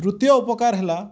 ତୃତୀୟ ଉପକାର ହେଲା